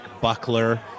buckler